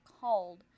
called